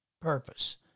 purpose